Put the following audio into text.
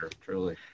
truly